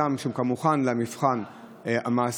אדם שכבר מוכן למבחן המעשי,